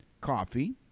coffee